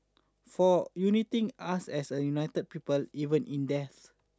for uniting us as one united people even in death